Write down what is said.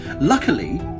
Luckily